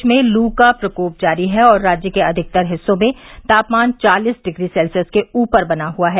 प्रदेश में लू का प्रकोप जारी है और राज्य के अधिकतर हिस्सों में तापमान चालीस डिग्री सेल्सियस के ऊपर बना हुआ है